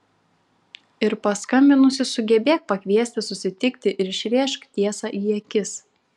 ir paskambinusi sugebėk pakviesti susitikti ir išrėžk tiesą į akis